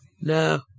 No